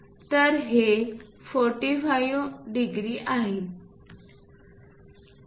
तर हे 45 अंश आहे